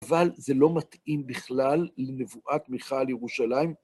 אבל זה לא מתאים בכלל לנבואת מיכה על ירושלים.